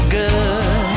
good